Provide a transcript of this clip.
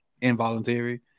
involuntary